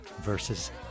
versus